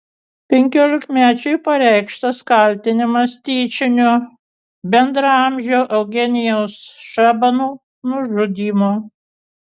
penkiolikmečiui pareikštas kaltinimas tyčiniu bendraamžio eugenijaus šabano nužudymu